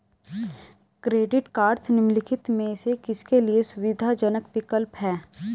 Credit cards निम्नलिखित में से किसके लिए सुविधाजनक विकल्प हैं?